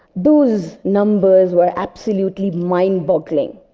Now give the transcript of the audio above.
those numbers were absolutely mind-boggling,